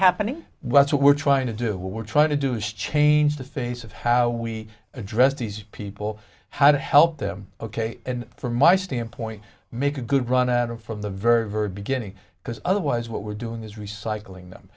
happening what we're trying to do what we're trying to do is change the face of how we address these people how to help them ok and from my standpoint make a good run at it from the very very beginning because otherwise what we're doing is recycling them